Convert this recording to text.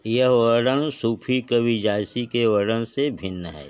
यह वर्णन सूफी कवि जायसी के वर्णन से भिन्न है